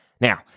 Now